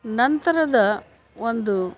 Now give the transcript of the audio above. ನಂತರದ ಒಂದು